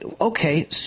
Okay